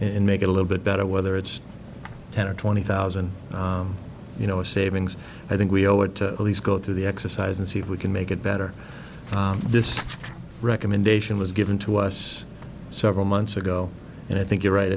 in make it a little bit better whether it's ten or twenty thousand you know savings i think we owe it to at least go through the exercise and see if we can make it better this recommendation was given to us several months ago and i think you're right